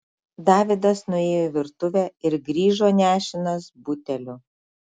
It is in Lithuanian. davidas nuėjo į virtuvę ir grįžo nešinas buteliu